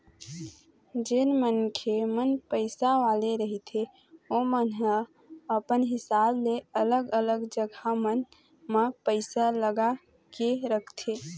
जेन मनखे मन पइसा वाले रहिथे ओमन ह अपन हिसाब ले अलग अलग जघा मन म पइसा लगा के रखथे